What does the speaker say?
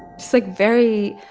just, like, very,